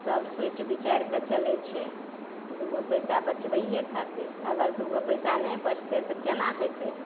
सब सोचि बिचारि कऽ चलैत छै दुगो पैसा बचबैए खातिर अगर दुगो पैसा नहि बचतै तऽ केना होयतै